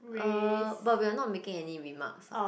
uh but we are not making any remarks ah